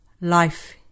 Life